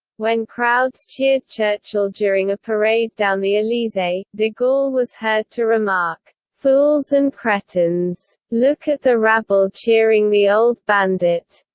when crowds cheered churchill during a parade down the elysee, de gaulle was heard to remark, fools and cretins! look at the rabble cheering the old bandit.